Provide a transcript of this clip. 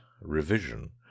revision